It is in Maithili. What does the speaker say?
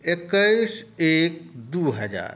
एक्कैस एक दू हजार